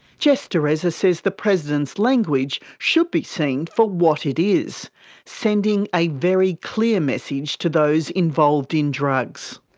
jess dureza says the president's language should be seen for what it is sending a very clear message to those involved in drugs.